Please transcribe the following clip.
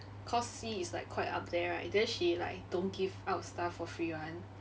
cos C is like quite up there right then she like don't give out stuff for free [one]